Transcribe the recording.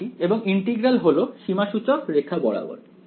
আমি আছি এবং ইন্টিগ্রাল হল সীমাসূচক রেখা বরাবর